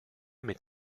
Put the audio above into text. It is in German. mit